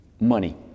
Money